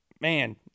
man